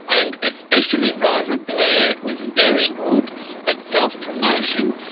and especially roma blair was very good at self-promotion,